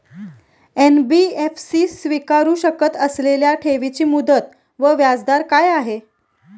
NBFC स्वीकारु शकत असलेल्या ठेवीची मुदत व व्याजदर काय आहे?